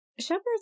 Shepherds